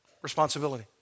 responsibility